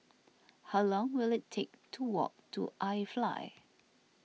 how long will it take to walk to iFly